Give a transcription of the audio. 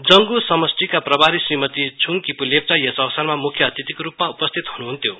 जङ्गुका समस्टीका प्रभारी श्रीमती छुङकिपु लेप्चा यस अवसरमा मुख्य अतिथिको रुपमा उपस्थित हुनुहुन्थ्यो